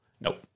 Nope